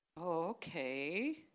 Okay